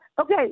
Okay